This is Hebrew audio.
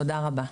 תודה רבה.